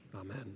Amen